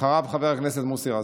אחריו, חבר הכנסת מוסי רז.